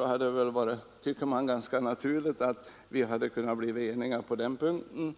jag att det hade varit ganska naturligt om vi blivit eniga på den här punkten.